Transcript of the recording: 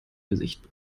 gesicht